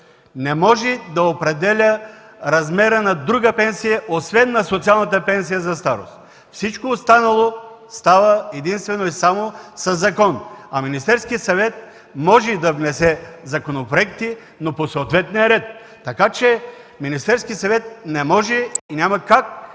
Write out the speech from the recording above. не може да определя размеря на друга пенсия, освен на социалната пенсия за старост. Всичко останало става единствено и само със закон. Министерският съвет може да внесе законопроект, но по съответния ред. Така че Министерският съвет не може, няма как